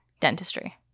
dentistry